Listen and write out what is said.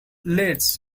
ledge